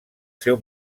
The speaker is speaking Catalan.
seu